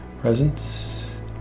presence